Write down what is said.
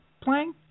playing